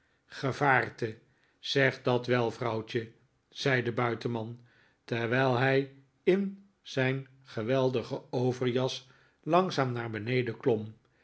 gevaarte ja zeg dat wel vrouwtje zei de buitenman terwijl hij in zijn geweldige overjas langzaam naar beneden